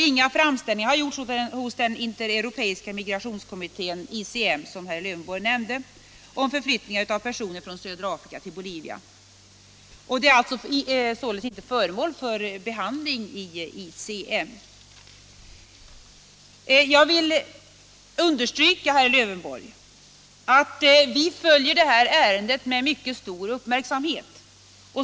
Inga framställningar har gjorts hos den intereuropeiska migrationskommittén, ICEM, som herr Lövenborg nämnde, om förflyttningar av personer från södra Afrika till Bolivia. Någon sådan fråga är följaktligen inte föremål för behandling inom ICEM. Jag vill understryka att vi följer detta ärende med mycket stor uppmärksamhet.